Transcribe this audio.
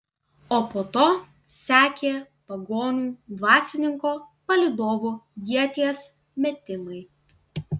o po to sekė pagonių dvasininko palydovų ieties metimai